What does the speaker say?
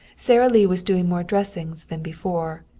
sara lee was doing more dressings than before.